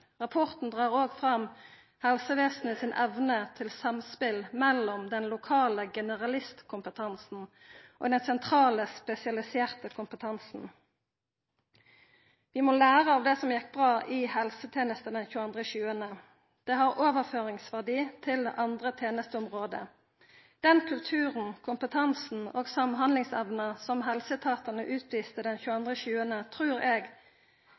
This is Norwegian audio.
Rapporten drar òg fram helsevesenet si evne til samspel mellom den lokale generalistkompetansen og den sentrale spesialiserte kompetansen. Vi må læra av det som gjekk bra i helsetenestene den 22. juli. Det har overføringsverdi til andre tenesteområde. Den kulturen, kompetansen og samhandlingsevna som helseetatane utviste den 22. juli, trur eg